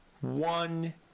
one